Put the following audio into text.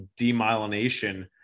demyelination